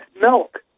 milk